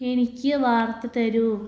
എനിക്ക് വാർത്ത തരൂ